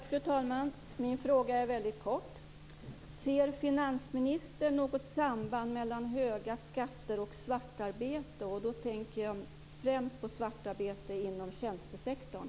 Fru talman! Min fråga är väldigt kort. Ser finansministern något samband mellan höga skatter och svartarbete? Då tänker jag främst på svartarbete inom tjänstesektorn.